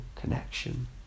connection